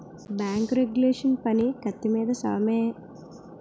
bank regulation పని కత్తి మీద సామే